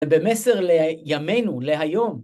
במסר לימינו, להיום.